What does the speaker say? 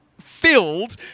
filled